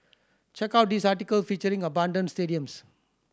check out this article featuring abandoned stadiums